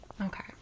okay